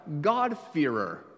God-fearer